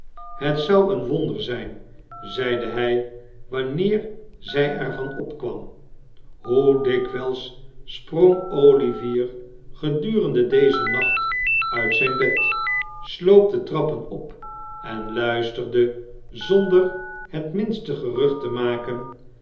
het zou een wonder zijn zeide hij wanneer zij er van opkwam hoe dikwijls sprong olivier gedurende dezen nacht uit zijn bed sloop de trappen op en luisterde zonder het minste gerucht te maken